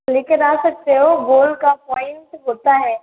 ले कर आ सकते हो गोल का पॉइंट होता है